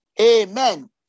Amen